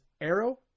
Arrow